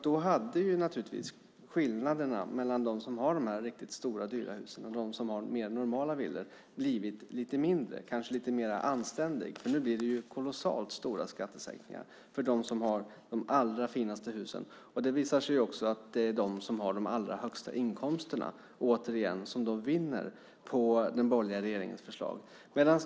Då hade skillnaderna mellan dem som har de riktigt stora och dyra husen och dem som har mer normala villor blivit lite mindre, kanske lite mer anständiga. Nu blir det kolossalt stora skattesänkningar för dem som har de allra finaste husen. Det visar sig också att det återigen är de som har de allra högsta inkomsterna som vinner på den borgerliga regeringens förslag.